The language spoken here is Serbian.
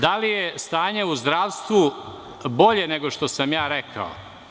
Da li je stanje u zdravstvu bolje nego što sam ja rekao?